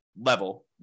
level